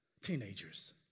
Teenagers